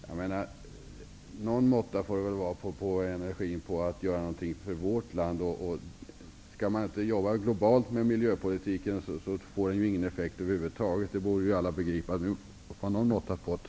Jag menar att det får vara någon måtta på energin att göra något för vårt land. Om man inte jobbar globalt med miljöpolitiken får den ju ingen effekt över huvud taget. Detta borde ju alla begripa. Det får vara någon måtta.